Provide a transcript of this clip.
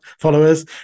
followers